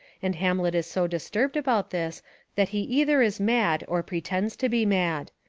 and hamlet is so disturbed about this that he either is mad or pretends to be mad.